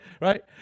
Right